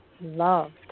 loved